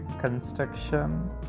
construction